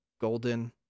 golden